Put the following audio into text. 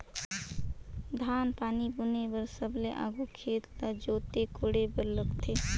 धान पान बुने बर सबले आघु खेत ल जोते कोड़े बर लगथे